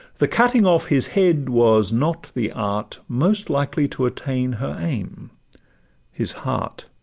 the cutting off his head was not the art most likely to attain her aim his heart.